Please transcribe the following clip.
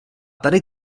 tady